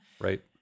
Right